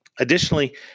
Additionally